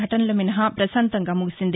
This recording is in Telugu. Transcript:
ఘటనలు మినహా పశాంతంగా ముగిసింది